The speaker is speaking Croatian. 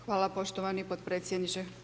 Hvala poštovani potpredsjedniče.